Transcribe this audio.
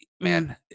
man